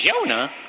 Jonah